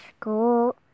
school